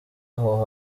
aho